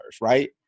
right